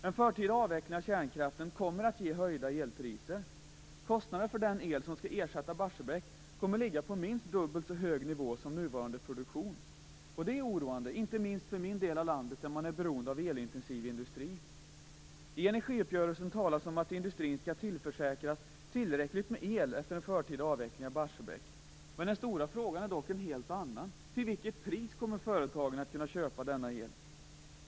En förtida avveckling av kärnkraften kommer att ge höjda elpriser. Kostnaden för den el som skall ersätta elen från Barsebäck kommer att ligga minst dubbelt så högt som kostnaden för nuvarande produktion. Detta är oroande, inte minst för min del av landet där man är beroende av elintensiv industri. I energiuppgörelsen talas det om att industrin skall tillförsäkras tillräckligt med el efter en förtida avveckling av Barsebäck. Den stora frågan är dock en helt annan, nämligen: Till vilket pris kommer företagen att kunna köpa denna el?